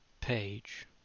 page